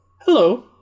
Hello